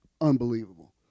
unbelievable